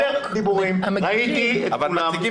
ראיתי את כולם.